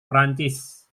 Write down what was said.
prancis